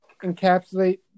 encapsulate